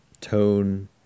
tone